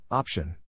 Option